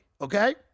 okay